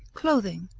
clothing,